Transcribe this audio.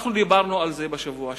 אנחנו דיברנו על זה בשבוע שעבר,